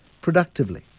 productively